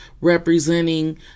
representing